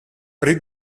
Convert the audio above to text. riep